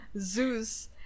Zeus